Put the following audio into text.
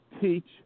teach